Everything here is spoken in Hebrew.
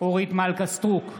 אורית מלכה סטרוק,